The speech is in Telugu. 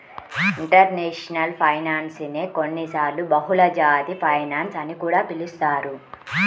ఇంటర్నేషనల్ ఫైనాన్స్ నే కొన్నిసార్లు బహుళజాతి ఫైనాన్స్ అని కూడా పిలుస్తారు